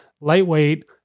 lightweight